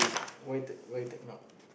why tech~ why techno